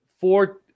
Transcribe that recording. four